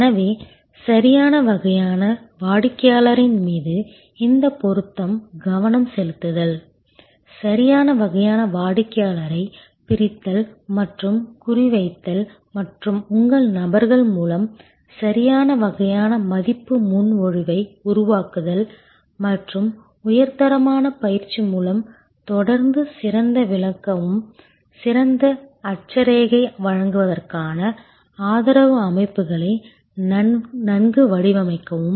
எனவே சரியான வகையான வாடிக்கையாளரின் மீது இந்த பொருத்தம் கவனம் செலுத்துதல் சரியான வகையான வாடிக்கையாளரைப் பிரித்தல் மற்றும் குறிவைத்தல் மற்றும் உங்கள் நபர்கள் மூலம் சரியான வகையான மதிப்பு முன்மொழிவை உருவாக்குதல் மற்றும் உயர் தரமான பயிற்சி மூலம் தொடர்ந்து சிறந்து விளங்கவும் சிறந்த அட்சரேகையை வழங்குவதற்கான ஆதரவு அமைப்புகளை நன்கு வடிவமைக்கவும்